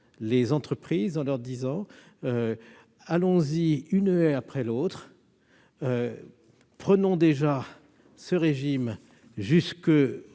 les entreprises en leur disant : allons-y une haie après l'autre, en prévoyant déjà ce régime jusqu'à